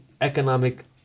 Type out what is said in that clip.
economic